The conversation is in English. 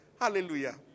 Hallelujah